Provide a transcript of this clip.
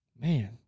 man